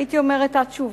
הייתי אומרת, התשובה.